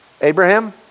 Abraham